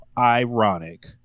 Ironic